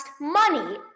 Money